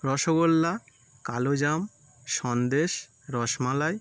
rasgulla kalojam sandesh rasmalai